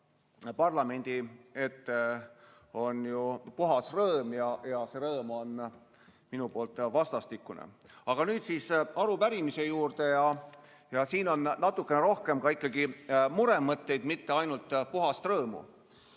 parlamendi ette puhas rõõm ja see rõõm on minu puhul vastastikune. Aga nüüd arupärimise juurde ja siin on natukene rohkem ikkagi muremõtteid, mitte ainult puhast rõõmu.